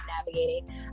navigating